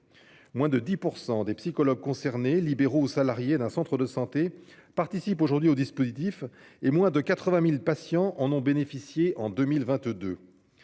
Moins de 10 % des psychologues concernés, libéraux ou salariés d'un centre de santé, participent aujourd'hui au dispositif et moins de 80 000 patients en ont bénéficié en 2022.